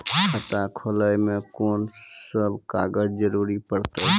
खाता खोलै मे कून सब कागजात जरूरत परतै?